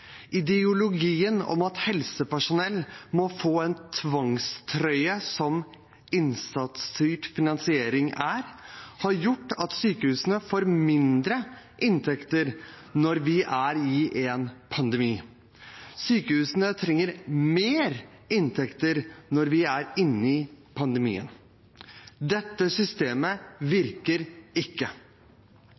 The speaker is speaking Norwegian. Ideologien om at helsepersonell må få en tvangstrøye som innsatsstyrt finansiering er, har gjort at sykehusene får mindre inntekter når vi er i en pandemi. Sykehusene trenger mer inntekter når vi er inne i pandemien. Dette systemet virker ikke.